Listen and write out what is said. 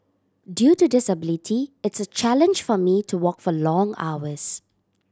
due to disability it's a challenge for me to walk for long hours